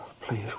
Please